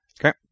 Okay